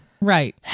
right